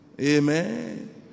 Amen